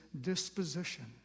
disposition